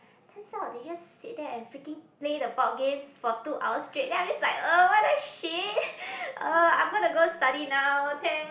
turns out they just sit there and freaking play the board games for two hours straight like I'm just like uh what the shit uh I'm going to go study now thank